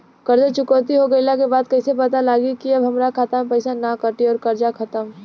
कर्जा चुकौती हो गइला के बाद कइसे पता लागी की अब हमरा खाता से पईसा ना कटी और कर्जा खत्म?